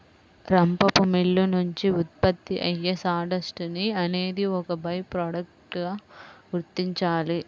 రంపపు మిల్లు నుంచి ఉత్పత్తి అయ్యే సాడస్ట్ ని అనేది ఒక బై ప్రొడక్ట్ గా గుర్తించాలి